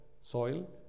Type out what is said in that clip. soil